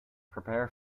prepare